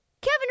Kevin